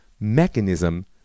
mechanism